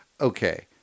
okay